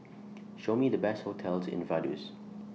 Show Me The Best hotels in Vaduz